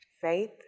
faith